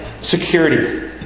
security